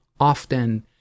often